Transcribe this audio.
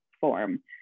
form